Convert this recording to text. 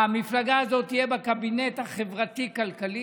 המפלגה הזאת תהיה בקבינט החברתי-הכלכלי,